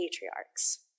patriarchs